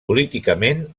políticament